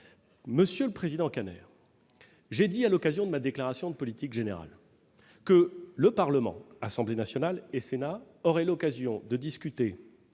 Monsieur le président Kanner, j'ai indiqué, à l'occasion de ma déclaration de politique générale, que le Parlement, Assemblée nationale et Sénat, aurait l'occasion de discuter,